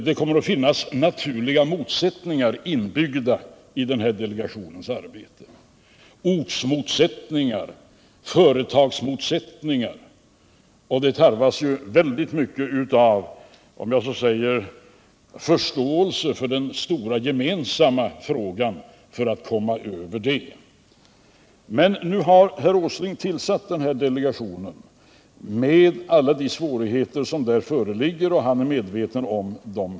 Det kommer att finnas naturliga motsättningar inbyggda i den här delegationens arbete, ortsmotsättningar och företagsmotsättningar, och det tarvas stor förståelse för den gemensamma frågan för att komma över det här. Men nu har herr Åsling tillsatt den här delegationen med alla de svårigheter som där föreligger. Han är själv medveten om dem.